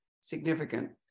significant